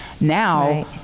now